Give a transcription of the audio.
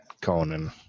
Conan